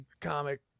comic